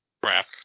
crap